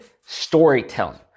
storytelling